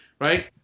right